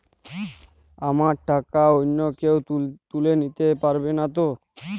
আমার টাকা অন্য কেউ তুলে নিতে পারবে নাতো?